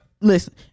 listen